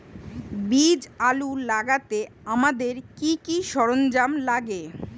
বীজ আলু লাগাতে আমাদের কি কি সরঞ্জাম লাগে?